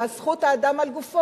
על זכות האדם על גופו,